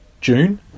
June